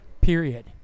period